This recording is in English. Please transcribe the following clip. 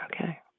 Okay